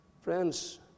Friends